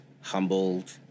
humbled